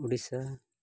Odisha